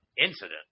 incident